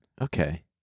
Okay